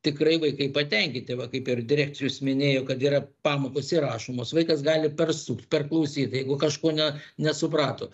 tikrai vaikai patenkinti va kaip ir direktorius minėjo kad yra pamokos įrašomos vaikas gali persukt perklausyt jeigu kažko ne nesuprato